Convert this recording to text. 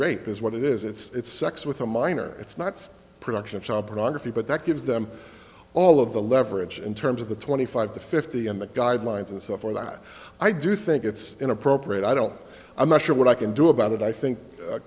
rape is what it is it's sex with a minor it's not production of child pornography but that gives them all of the leverage in terms of the twenty five to fifty and the guidelines and so for that i do think it's inappropriate i don't know i'm not sure what i can do about it i think